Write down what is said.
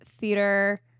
theater